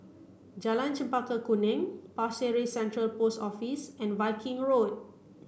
Jalan Chempaka Kuning Pasir Ris Central Post Office and Viking Road